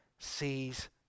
Sees